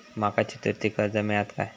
माका चतुर्थीक कर्ज मेळात काय?